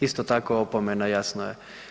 Isto tako opomena jasno je.